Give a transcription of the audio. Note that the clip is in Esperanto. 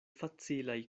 facilaj